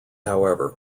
however